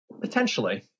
Potentially